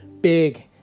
big